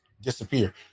disappear